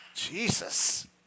Jesus